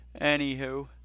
Anywho